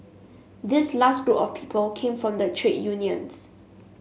this last group of people came from the trade unions